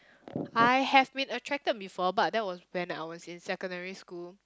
I have been attracted before but that was when I was in secondary school